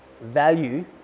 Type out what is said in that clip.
value